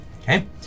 Okay